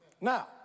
Now